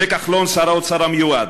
משה כחלון, שר האוצר המיועד,